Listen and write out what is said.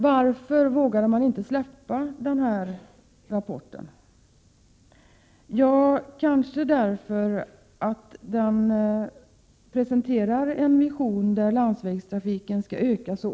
Varför vågade man inte släppa fram rapporten? Svaret är kanske att den presenterar en vision om en ohejdad ökning av landsvägstrafiken.